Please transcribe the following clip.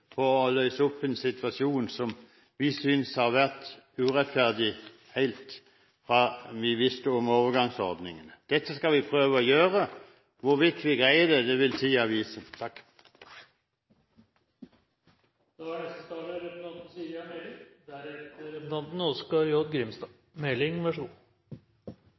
å løse opp en situasjon som vi synes har vært urettferdig helt fra vi fikk vite om overgangsordningen. Dette skal vi prøve å gjøre, hvorvidt vi